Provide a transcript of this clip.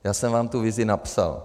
Já jsem vám tu vizi napsal.